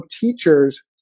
teachers